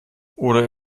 oder